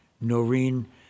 Noreen